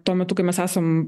tuo metu kai mes esam